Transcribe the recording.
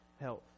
health